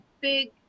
big